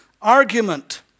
Argument